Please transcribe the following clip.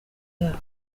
yabo